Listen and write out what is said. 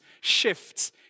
shifts